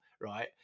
right